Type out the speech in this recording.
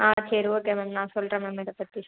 ஆ சரி okay ma'am நான் சொல்கிறேன் மேம் இதை பற்றி